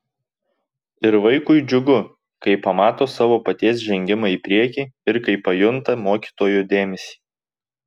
ir vaikui džiugu kai pamato savo paties žengimą į priekį ir kai pajunta mokytojo dėmesį